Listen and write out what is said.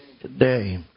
today